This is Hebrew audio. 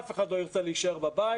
אף אחד לא ירצה להישאר בבית.